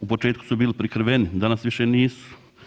U početku su bili prikriveni, danas više nisu.